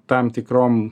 tam tikrom